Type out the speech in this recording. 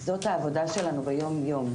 כי זאת העבודה שלנו ביומיום,